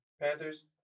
Panthers